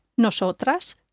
nosotras